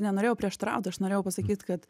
nenorėjau prieštaraut aš norėjau pasakyt kad